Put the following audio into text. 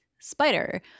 spider